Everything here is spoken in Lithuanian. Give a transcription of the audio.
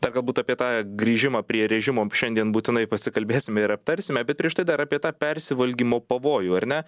dar galbūt apie tą grįžimą prie režimo šiandien būtinai pasikalbėsime ir aptarsime bet prieš tai dar apie tą persivalgymo pavojų ar ne